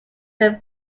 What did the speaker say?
their